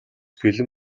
бэлэн